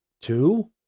Two